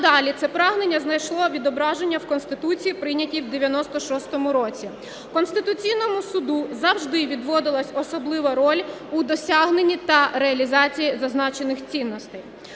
надалі це прагнення знайшло відображення в Конституції, прийнятій в 1996 році. Конституційному Суду завжди відводилася особлива роль у досягненні та реалізації зазначених цінностей.